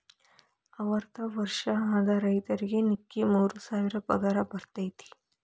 ಅರ್ವತ್ತ ವರ್ಷ ಆದ ರೈತರಿಗೆ ನಿಕ್ಕಿ ಮೂರ ಸಾವಿರ ಪಗಾರ ಬರ್ತೈತಿ